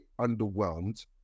underwhelmed